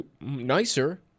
nicer